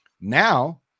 Now